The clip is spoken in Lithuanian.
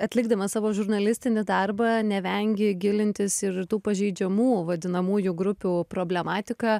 atlikdamas savo žurnalistinį darbą nevengei gilintis ir į tų pažeidžiamų vadinamųjų grupių problematiką